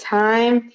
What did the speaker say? time